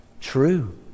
true